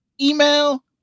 email